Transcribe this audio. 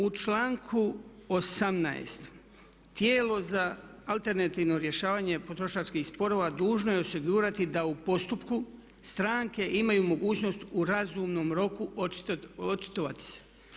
U članku 18. tijelo za alternativno rješavanje potrošačkih sporova dužno je osigurati da u postupku stranke imaju mogućnost u razumnom roku očitavati se.